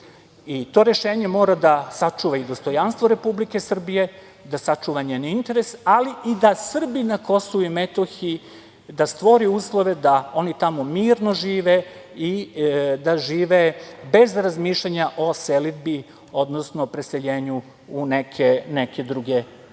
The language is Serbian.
i to rešenje mora da sačuva i dostojanstvo Republike Srbije, da sačuva njen interes, ali i da Srbi na KiM, da stvori uslove da oni tamo mirno žive i da žive bez razmišljanja o selidbi, odnosno preseljenju u neke druge krajeve. Zato